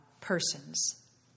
persons